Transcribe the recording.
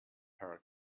her